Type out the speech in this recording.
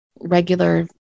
regular